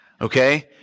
okay